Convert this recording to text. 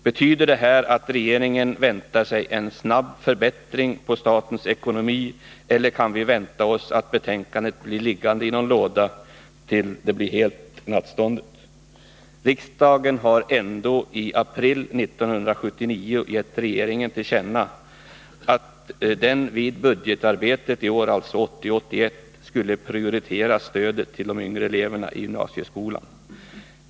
Betyder det att regeringen väntar sig en snabb = ling av förslag förbättring av statens ekonomi eller kan vi vänta oss att betänkandet blir rörande studieliggande i någon låda tills det blir helt nattståndet? Riksdagen har ändå i april hjälpens framtida 1979 gett regeringen till känna att den vid budgetarbetet rörande budgetåret utformning 1980/81 skulle prioritera stödet till de yngre eleverna i gymnasieskolan.